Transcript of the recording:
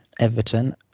Everton